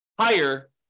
higher